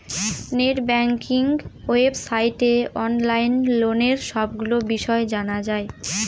net banking ওয়েবসাইটে online লোনের সবগুলো বিষয় জানা যায়